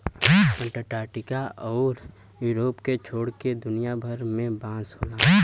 Antarctica आउर Europe के छोड़ के दुनिया भर में बांस होला